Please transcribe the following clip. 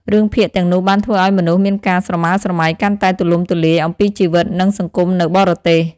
រឿងភាគទាំងនោះបានធ្វើឲ្យមនុស្សមានការស្រមើលស្រមៃកាន់តែទូលំទូលាយអំពីជីវិតនិងសង្គមនៅបរទេស។